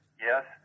yes